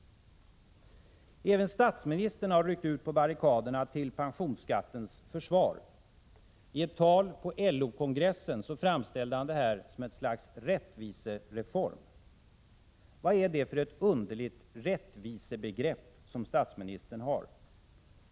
Även statsministern har ryckt ut på barrikaderna till pensionsskattens försvar. I ett tal på LO-kongressen framställdes den som ett slags rättvisereform. Vad är det för ett underligt rättvisebegrepp som statsministern har?